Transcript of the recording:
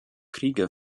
kriege